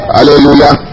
Hallelujah